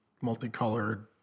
multicolored